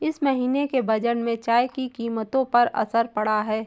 इस महीने के बजट में चाय की कीमतों पर असर पड़ा है